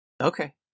Okay